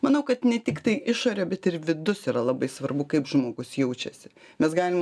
manau kad ne tiktai išorė bet ir vidus yra labai svarbu kaip žmogus jaučiasi mes galim